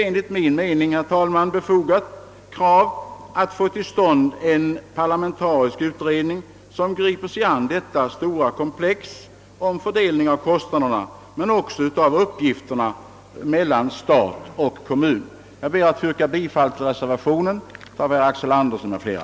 Enligt min mening är det ett befogat krav att få till stånd en parlamentarisk utredning, som kan gripa sig an med frågan om det stora problemkomplexet rörande fördelningen av kostnaderna men också fördelningen av uppgifterna mellan stat och kommun. Herr talman! Jag ber att få yrka bifall till reservationen av herr Axel Andersson m.fl.